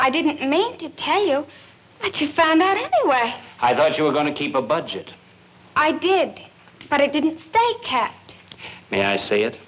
i didn't mean to tell you that you found that where i thought you were going to keep a budget i did but it didn't stay cat may i say it